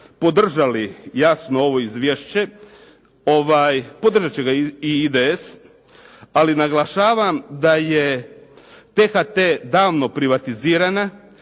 podržali jasno ovo izvješće podržat će ga i IDS ali naglašavam da je T-HT davno privatizira,